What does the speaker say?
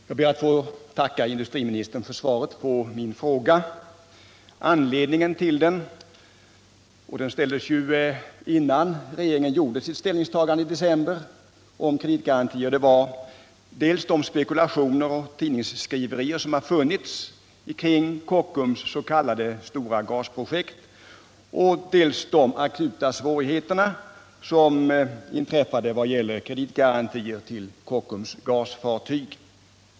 Herr talman! Jag ber att få tacka industriministern för svaret på min fråga. Den ställdes ju innan regeringen gjorde sitt ställningstagande i december om kreditgarantier. Anledningen till frågan var dels de spekulationer och tidningsskriverier som funnits kring Kockums stora gasprojekt, dels de akuta svårigheter som inträffade i vad gäller kreditgarantier till Kockums gasfartyg.